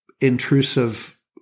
intrusive